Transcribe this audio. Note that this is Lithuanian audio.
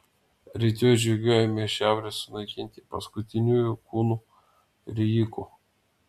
rytoj žygiuojame į šiaurę sunaikinti paskutiniųjų kūnų rijikų